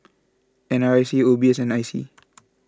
N R I C O B S and I C